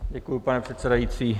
Děkuji, pane předsedající.